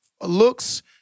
looks